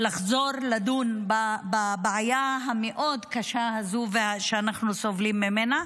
לחזור לדון בבעיה המאוד-קשה הזו שאנחנו סובלים ממנה.